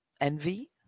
envy